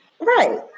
Right